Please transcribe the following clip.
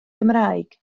gymraeg